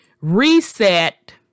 reset